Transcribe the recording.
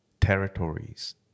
territories